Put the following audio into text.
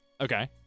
Okay